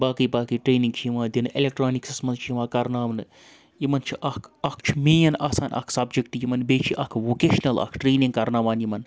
باقٕے باقٕے ٹرٛینِنٛگ چھِ یِوان دِنہٕ ایلیٮکٹرٛانِکسَس مَنٛز چھِ یِوان کَرناونہٕ یِمَن چھُ اَکھ اَکھ چھُ مین آسان اَکھ سَبجَکٹ یِمَن بیٚیہِ چھِ اَکھ ووکیشنَل اَکھ ٹرینِنٛگ کَرناوان یِمَن